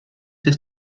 ces